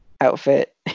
outfit